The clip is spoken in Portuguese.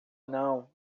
não